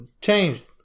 changed